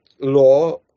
law